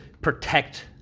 protect